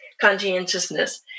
conscientiousness